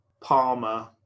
Palmer